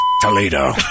Toledo